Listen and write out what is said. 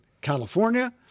California